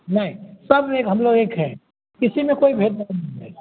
नहीं सब एक हम लोग एक हैं किसी में कोई भेदभाव नहीं है